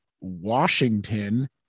Washington